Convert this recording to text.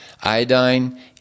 iodine